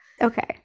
Okay